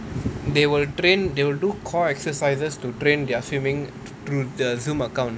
they will train they will do core exercises to train their swimming through the Zoom account